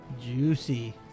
Juicy